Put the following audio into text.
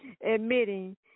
Admitting